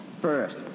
First